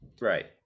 Right